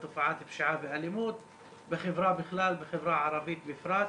תופעת פשיעה ואלימות בחברה בכלל ובחברה הערבית בפרט.